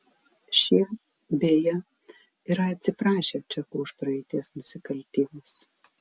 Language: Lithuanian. šie beje yra atsiprašę čekų už praeities nusikaltimus